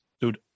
Dude